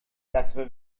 quatre